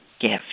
gift